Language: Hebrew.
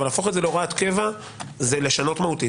אבל להפוך להוראת קבע זה לשנות מהותית